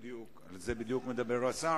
לא מתאר לעצמך כמה משקיעים רק כדי להעביר את העצירים.